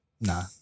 Nah